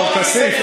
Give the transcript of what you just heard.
מר כסיף,